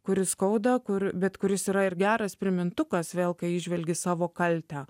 kuris skauda kur bet kuris yra ir geras primintukas vėlgi kai įžvelgi savo kaltę